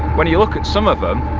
when you look at some of them,